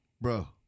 Bro